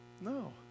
No